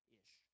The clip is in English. ish